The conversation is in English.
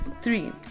three